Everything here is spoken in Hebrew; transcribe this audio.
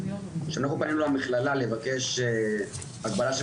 כשאנחנו פנינו למכללה לבקש הגבלת מרחק